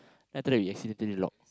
then after we accidentally lock